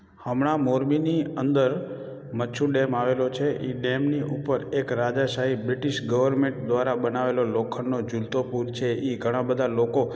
હમણાં મોરબીની અંદર મચ્છુ ડૅમ આવેલો છે એ ડૅમની ઉપર એક રાજાશાહી બ્રિટિશ ગવર્મેન્ટ દ્વારા બનાવેલો લોખંડનો ઝુલતો પુલ છે એ ઘણાં બધાં લોકો